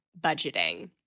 budgeting